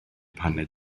paned